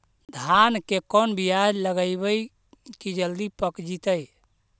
धान के कोन बियाह लगइबै की जल्दी पक जितै?